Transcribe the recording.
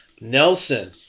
Nelson